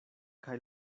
kaj